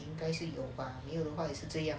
应该是有吧没有的话也是这样